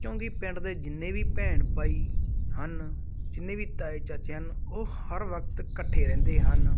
ਕਿਉਂਕਿ ਪਿੰਡ ਦੇ ਜਿੰਨੇ ਵੀ ਭੈਣ ਭਾਈ ਹਨ ਜਿੰਨੇ ਵੀ ਤਾਏ ਚਾਚੇ ਹਨ ਉਹ ਹਰ ਵਕਤ ਇਕੱਠੇ ਰਹਿੰਦੇ ਹਨ